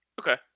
Okay